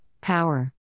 Power